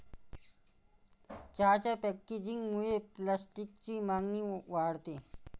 चहाच्या पॅकेजिंगमुळे प्लास्टिकची मागणी वाढते